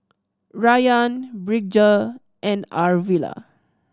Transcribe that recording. Rayan Bridger and Arvilla